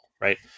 Right